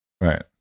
Right